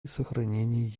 сохранении